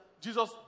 Jesus